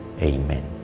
Amen